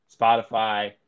spotify